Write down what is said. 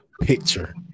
picture